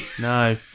No